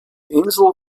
insel